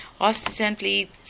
ostensibly